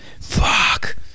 Fuck